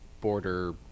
border